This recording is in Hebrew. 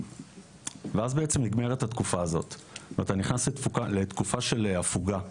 אחר כך נגמרת התקופה הזאת ואתה נכנס לתקופה של הפוגה.